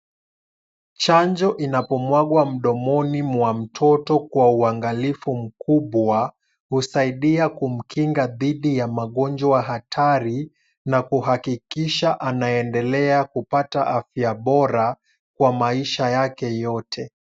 Chanjo inapomwagwa mdomoni mwa mtoto kwa uangalifu mkubwa, husaidia kumkinga dhidi ya magonjwa hatari, na kuhakikisha anaendelea kupata afya bora kwa maisha yake yote.